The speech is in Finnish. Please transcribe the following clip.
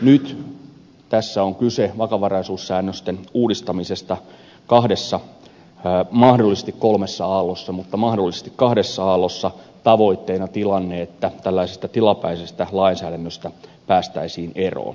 nyt tässä on kyse vakavaraisuussäännösten uudistamisesta mahdollisesti kahdessa mahdollisesti kolmessa aallossa tavoitteena tilanne että tällaisesta tilapäisestä lainsäädännöstä päästäisiin eroon